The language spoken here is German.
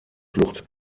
flucht